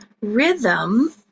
rhythm